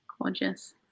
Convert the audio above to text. Gorgeous